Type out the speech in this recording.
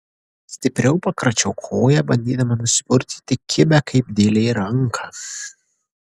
stipriau pakračiau koją bandydama nusipurtyti kibią kaip dėlė ranką